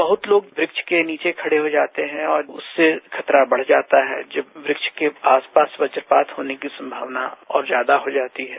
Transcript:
बहुत लोग वृक्ष के नीचे खड़ेहो जाते है और उससे खतरा बढ़ जाता है जब वृक्ष के आसपास वज्रपात होने की संभावना और ज्यादा हो जाती है